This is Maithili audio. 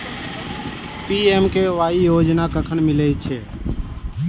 पी.एम.के.एम.वाई योजना कखन मिलय छै?